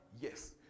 yes